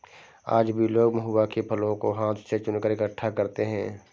आज भी लोग महुआ के फलों को हाथ से चुनकर इकठ्ठा करते हैं